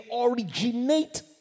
originate